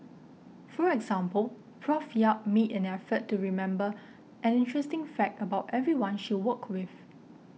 for example Prof Yap made an effort to remember an interesting fact about everyone she worked with